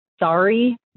sorry